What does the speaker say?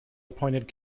appointed